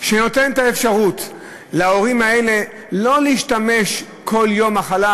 שנותן אפשרות להורים האלה לא להשתמש בכל יום המחלה,